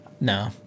No